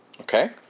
Okay